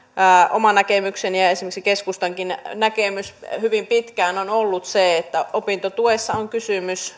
oma näkemykseni ja ja esimerkiksi keskustankin näkemys hyvin pitkään on ollut se että opintotuessa on kysymys